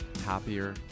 happier